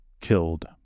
killed